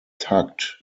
tucked